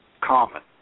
common